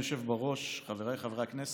אדוני היושב בראש, חבריי חברי הכנסת,